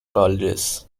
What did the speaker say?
colleges